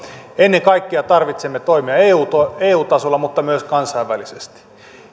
ennen kaikkea tarvitsemme toimia eu tasolla mutta myös kansainvälisesti